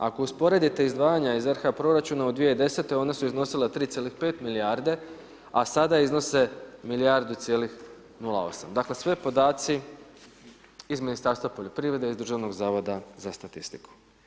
Ako usporedite izdvajanja iz RH proračuna u 2010. ona su iznosila 3,5 milijarde, a sada iznose 1,08 dakle sve podaci iz Ministarstva poljoprivrede iz Državnog zavoda za statistiku.